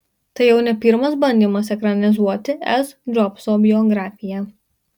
tai jau ne pirmas bandymas ekranizuoti s džobso biografiją